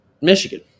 Michigan